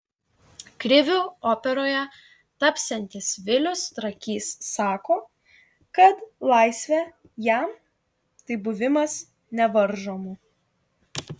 kriviu operoje tapsiantis vilius trakys sako kad laisvė jam tai buvimas nevaržomu